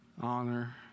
honor